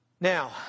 Now